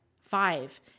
Five